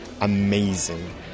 amazing